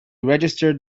registered